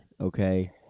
okay